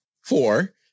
four